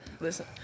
listen